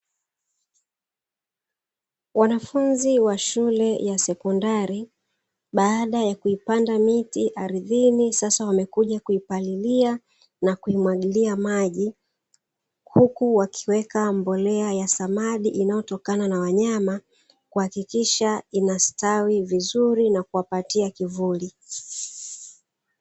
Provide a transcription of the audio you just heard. Wanafunzi wa shule ya sekondari baada ya kuipanda miti ardhini, sasa wamekuja kuipalilia na kuimwagilia maji, huku wakiweka mbolea ya samadi inayotokana na wanyama, kuhakikisha inastawi vizuri na kuwapatia kivuli.